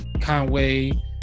Conway